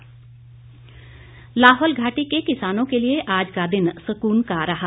लाहौल किसान लाहौल घाटी के किसानों के लिए आज का दिन सकून का रहा